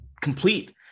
complete